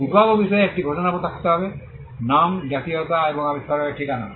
উদ্ভাবক বিষয়ে একটি ঘোষণাপত্র থাকতে হবে নাম জাতীয়তা এবং আবিষ্কারকের ঠিকানা